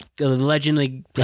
allegedly